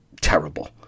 terrible